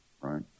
right